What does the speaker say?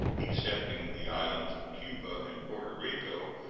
excepting the islands of cuba and porto rico,